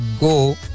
go